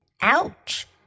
Ouch